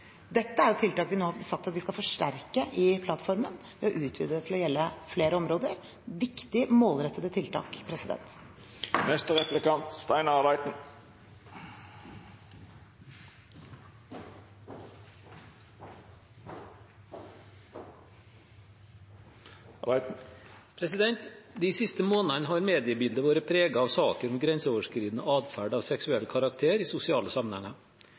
Dette er tiltak som vi nå har sagt at vi skal forsterke i plattformen og utvide til å gjelde flere områder – viktige målrettede tiltak. De siste månedene har mediebildet vært preget av saken «grenseoverskridende atferd av seksuell karakter i sosiale sammenhenger».